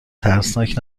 ترسناک